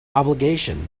obligation